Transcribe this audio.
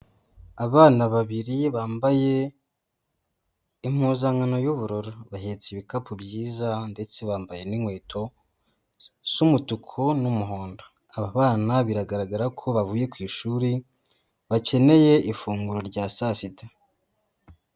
Abana babiri bambaye impuzankano y'ubururu, bahetse ibikapu byiza ndetse bambaye n'inkweto z'umutuku n'umuhondo, aba bana biragaragara ko bavuye ku ishuri bakeneye ifunguro rya saa sita.